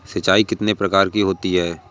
सिंचाई कितनी प्रकार की होती हैं?